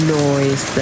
noise